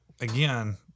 again